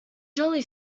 jolly